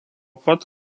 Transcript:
pat